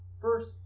first